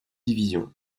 division